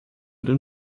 den